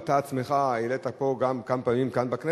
ואתה בעצמך העלית את זה כאן בכנסת,